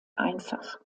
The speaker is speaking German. einfach